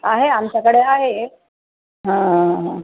आहे आमच्याकडे आहे हं ह ह ह